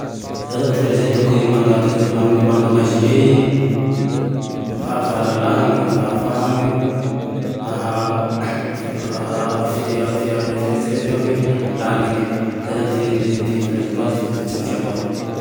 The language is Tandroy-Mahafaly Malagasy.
Zaho zane ty fieritreretako i manga maiziney, fahafahalala e, fahafahane haha fiertseretane lalike, zay zane ty fandraisako aze, fieventseventseko aze